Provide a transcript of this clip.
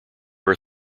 are